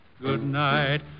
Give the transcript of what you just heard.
goodnight